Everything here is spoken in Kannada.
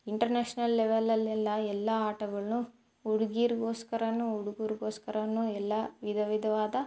ಇಂಟರ್ನ್ಯಾಷನಲ್ ಲೆವೆಲಲ್ಲೆಲ್ಲ ಎಲ್ಲ ಆಟಗಳನ್ನು ಹುಡುಗೀರ್ಗೋಸ್ಕರನೂ ಹುಡುಗರಿಗೋಸ್ಕರನೂ ಎಲ್ಲ ವಿಧವಿಧವಾದ